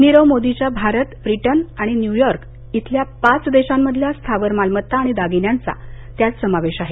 नीरव मोदीच्या भारत ब्रिटन आणि New York सह पाच देशांमधील स्थावर मालमत्ता आणि दागिन्यांचा त्यात समावेश आहे